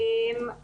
כן.